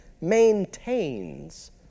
maintains